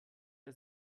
der